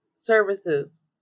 Services